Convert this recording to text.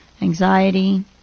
anxiety